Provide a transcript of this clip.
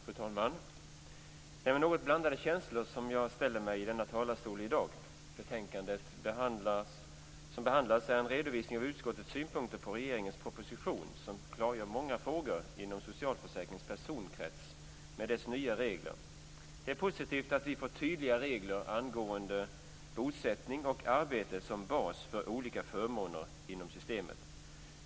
Fru talman! Det är med något blandade känslor som jag ställer mig i denna talarstol i dag. Betänkandet som behandlas är en redovisning av utskottets synpunkter på regeringens proposition som klargör många frågor inom socialförsäkringens personkrets med dess nya regler. Det är positivt att vi får tydliga regler angående bosättning och arbete som bas för olika förmåner inom systemet.